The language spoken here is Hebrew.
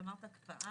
את אמרת הקפאה.